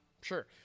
Sure